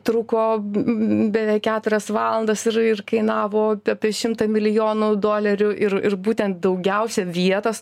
truko beveik keturias valandas ir ir kainavo apie šimtą milijonų dolerių ir ir būtent daugiausia vietos